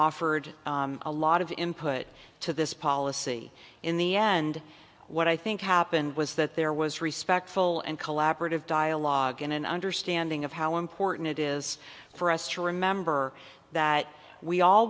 offered a lot of input to this policy in the end what i think happened was that there was respectful and collaborative dialogue and an understanding of how important it is for us to remember that we all